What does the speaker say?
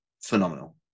phenomenal